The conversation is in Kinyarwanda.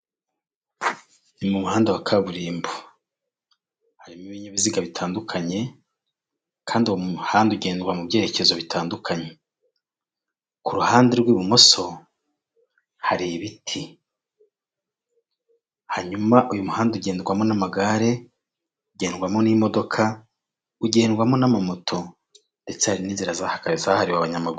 Ni mu muhanda wa kaburimbo, harimo ibinyabiziga bitandukanye, kandi uwo muhanda ugendwa mu byerekezo bitandukanye, ku ruhande rw'ibumoso hari ibiti, hanyuma uyu muhanda ugendwamo n'amagare, ugendwamo n'imodoka, ugendwamo n'amamoto, ndetse hari n'inzira zahariwe abanyamaguru.